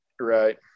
Right